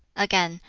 again,